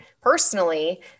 personally